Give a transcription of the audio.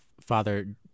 Father